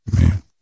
man